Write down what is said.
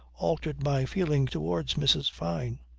altered my feeling towards mrs. fyne.